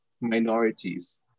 minorities